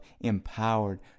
empowered